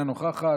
אינה נוכחת,